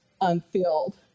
unfilled